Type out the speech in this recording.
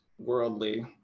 worldly